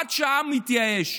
עד שהעם יתייאש.